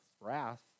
wrath